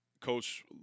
coach